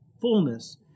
fullness